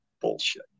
bullshit